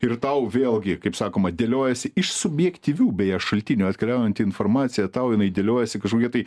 ir tau vėlgi kaip sakoma dėliojasi iš subjektyvių beje šaltinių atkeliaujanti informacija tau jinai dėliojasi kažkokią tai